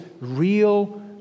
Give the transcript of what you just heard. real